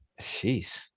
Jeez